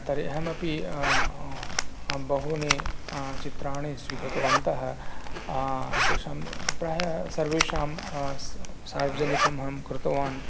तर्हि अहमपि बहूनि चित्राणि स्वीकृतवन्तः तेषां प्रायः सर्वेषां सार्व् सार्वजनिकम् अहं कृतवान्